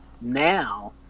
now